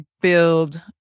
build